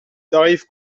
tarif